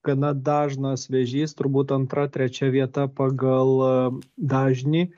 gana dažnas vėžys turbūt antra trečia vieta pagal dažnį